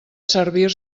servir